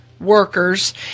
workers